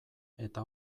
eta